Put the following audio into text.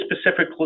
specific